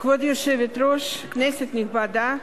כבוד היושבת-ראש, כנסת נכבדה,